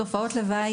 תופעות לוואי,